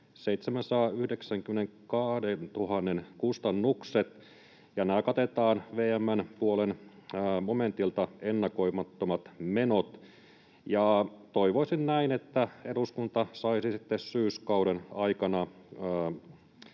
792 000:n kustannukset, ja nämä katetaan VM:n puolen momentilta ”Ennakoimattomat menot”. Toivoisin näin, että eduskunta saisi sitten syyskauden aikana